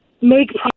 make